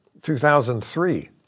2003